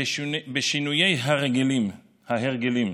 בשינויי ההרגלים,